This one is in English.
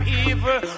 evil